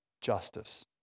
justice